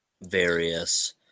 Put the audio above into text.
various